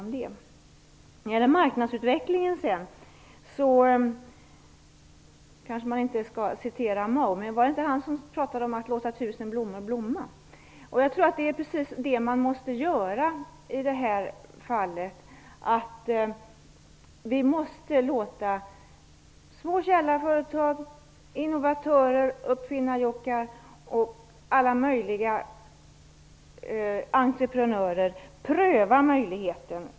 När det sedan gäller marknadsutvecklingen skall man kanske inte citera Mao, men det var väl han som talade om att låta tusen blommor blomma. Jag tror att det är precis det man måste göra i det här fallet. Vi måste låta små källarföretag, innovatörer, uppfinnarjockar och alla möjliga entreprenörer pröva möjligheten.